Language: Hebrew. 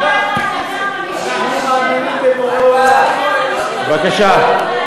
"בעל הטורים", בבקשה.